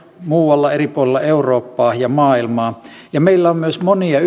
muualla eri puolilla eurooppaa ja maailmaa ja meillä on myös monia